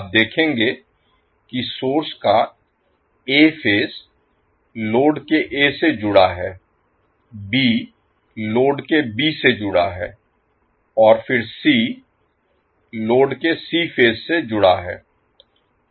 आप देखेंगे कि सोर्स का a फेज लोड के A से जुड़ा है b लोड के B से जुड़ा है और फिर c लोड के C फेज से जुड़ा है